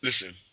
listen